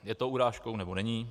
Je to urážkou, nebo není?